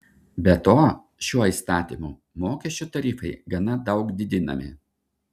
be to šiuo įstatymu mokesčio tarifai gana daug didinami